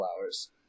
flowers